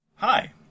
Hi